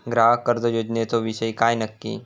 ग्राहक कर्ज योजनेचो विषय काय नक्की?